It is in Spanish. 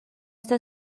está